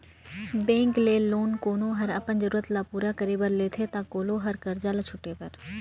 bank ले loan कोनो हर अपन जरूरत ल पूरा करे बर लेथे ता कोलो हर करजा ल छुटे बर